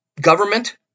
government